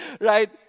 right